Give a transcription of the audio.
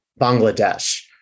Bangladesh